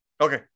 Okay